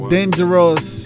Dangerous